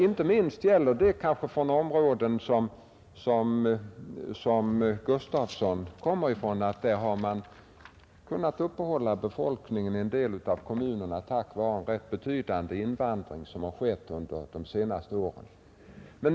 Inte minst i de områden som herr Gustavsson i Alvesta kommer från gäller att man i en del av kommunerna kunnat uppehålla befolkningstalet tack vare en rätt betydande invandring under de senaste åren.